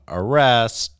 arrest